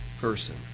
person